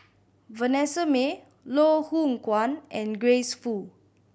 Vanessa Mae Loh Hoong Kwan and Grace Fu